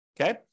Okay